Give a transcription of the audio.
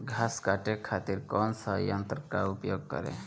घास काटे खातिर कौन सा यंत्र का उपयोग करें?